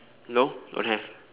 no don't have